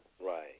Right